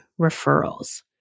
referrals